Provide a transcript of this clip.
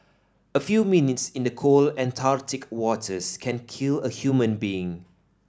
a few minutes in the cold Antarctic waters can kill a human being